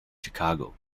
chicago